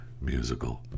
musical